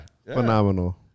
phenomenal